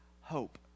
hope